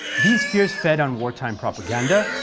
these fears fed on wartime propaganda,